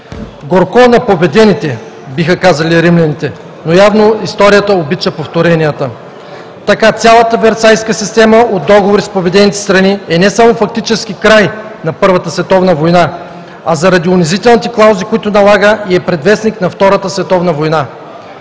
„Горко на победените“ – биха казали римляните, но явно историята обича повторенията. Така цялата Версайска система от договори с победените страни е не само фактически край на Първата световна война, а заради унизителните клаузи, които налага, е предвестник на Втората световна война.